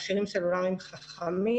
מכשירים סלולריים חכמים,